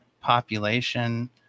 population